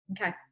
Okay